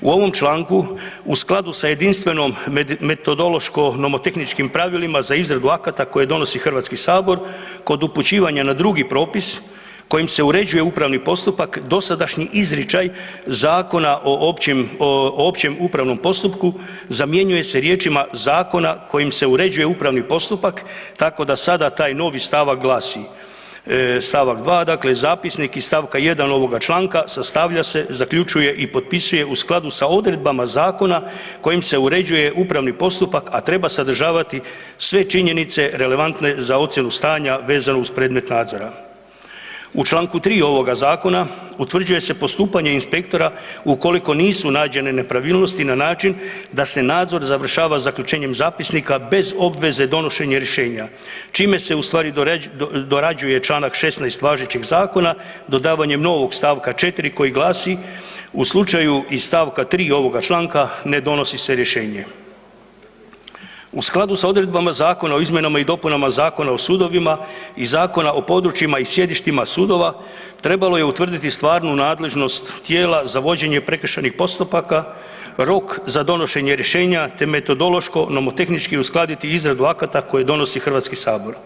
U ovom članku u skladu sa jedinstvenom metodološko-nomotehničkim pravilima za izradu akata koje donosi Hrvatski sabor kod upućivanja na drugi propis kojim se uređuje upravni postupak dosadašnji izričaj Zakona o općem upravnom postupku zamjenjuje se riječima „zakona kojim se uređuje upravni postupak“ tako da sada taj novi stavak glasi: „Stavak 2. Dakle zapisnik iz stavka 1. ovoga članka sastavlja se, zaključuje i potpisuje u skladu s odredbama zakona kojim se uređuje upravni postupak, a treba sadržavati sve činjenice relevantne za ocjenu stanja vezano uz predmet nadzora.“ U članku 3. ovoga Zakona utvrđuje se postupanje inspektora ukoliko nisu nađene nepravilnosti na način da se nadzor završava zaključenjem zapisnika bez obveze donošenja rješenja, čime se ustvari dorađuje članak 16. važećeg Zakona dodavanjem novog stavka 4. koji glasi: „U slučaju iz stavka 3. ovoga članka ne donosi se rješenje.“ U skladu sa odredbama Zakona o izmjenama i dopunama Zakona o sudovima i Zakona o područjima i sjedištima sudova trebalo je utvrditi stvarnu nadležnost tijela za vođenje prekršajnih postupaka, rok za donošenje rješenja te metodološko-nomotehnički uskladiti izradu akata koje donosi Hrvatski sabor.